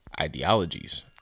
ideologies